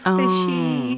fishy